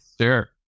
sure